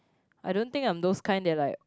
I don't think I'm those kind that like